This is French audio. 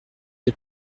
des